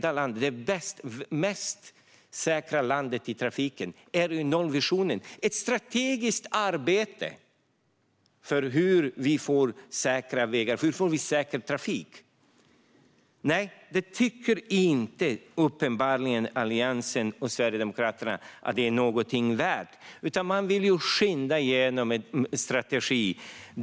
Alliansen och Sverigedemokraterna tycker uppenbarligen inte att ett strategiskt arbete för hur vi får säkra vägar och säker trafik är något värt. Man vill i stället skynda igenom en strategi.